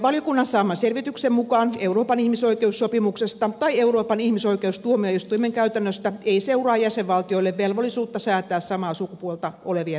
valiokunnan saaman selvityksen mukaan euroopan ihmisoikeussopimuksesta tai euroopan ihmisoikeustuomioistuimen käytännöstä ei seuraa jäsenvaltioille velvollisuutta säätää samaa sukupuolta olevien avioliittoa